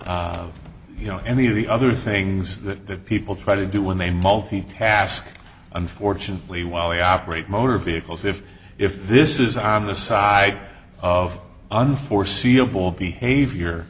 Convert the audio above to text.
or you know any of the other things that people try to do when they multitask unfortunately while we operate motor vehicles if if this is on the side of unforeseeable behavior